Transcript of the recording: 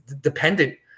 dependent